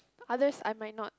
others I might not